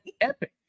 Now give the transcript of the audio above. epic